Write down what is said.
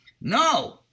No